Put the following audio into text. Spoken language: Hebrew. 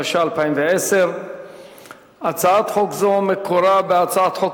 התשע"א 2011. הצעת חוק זו מקורה בהצעת חוק